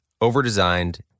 overdesigned